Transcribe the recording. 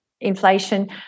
inflation